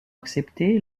accepté